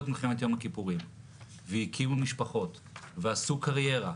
את מלחמת יום הכיפורים והקימו משפחות ועשו קריירה,